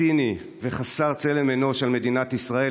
ציני וחסר צלם אנוש של מדינת ישראל,